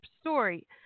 story